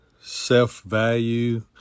self-value